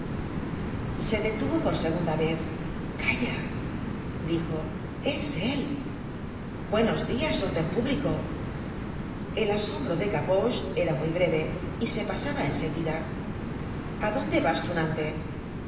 se detuvo por segunda vez calla dijo es él buenos dias órden público el asombro de gavroche era muy breve y se pasaba en seguida a dónde vas tunante